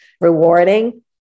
rewarding